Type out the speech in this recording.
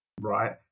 right